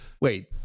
Wait